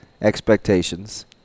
expectations